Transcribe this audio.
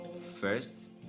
first